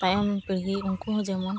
ᱛᱟᱭᱚᱢ ᱯᱤᱲᱦᱤ ᱩᱱᱠᱩ ᱦᱚᱸ ᱡᱮᱢᱚᱱ